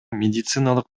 медициналык